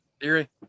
theory